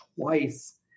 twice